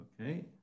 Okay